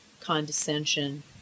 condescension